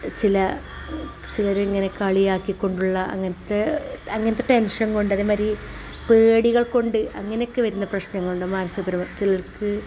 ചില ചിലർ ഇങ്ങനെ കളിയാക്കിക്കൊണ്ടുള്ള അങ്ങനത്തെ അങ്ങനത്തെ ടെൻഷൻ കൊണ്ട് അതേമാതിരി പേടികൾ കൊണ്ട് അങ്ങനെ ഒക്കെ വരുന്ന പ്രശ്നങ്ങളുണ്ട് മാനസിക പരമായി ചിലർക്ക്